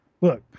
Look